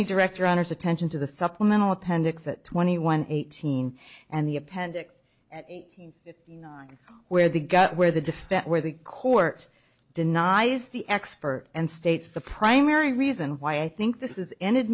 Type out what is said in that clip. me direct your honor's attention to the supplemental appendix that twenty one eighteen and the appendix where they got where the defect where the court deny is the expert and states the primary reason why i think this is